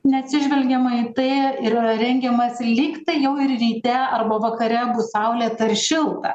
neatsižvelgiama į tai yra rengiamasi lygtai jau ir ryte arba vakare bus saulėta ir šilta